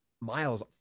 Miles